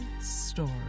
story